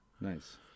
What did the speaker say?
Nice